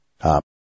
Up